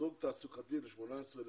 שדרוג תעסוקתי ל-18,000